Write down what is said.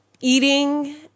Eating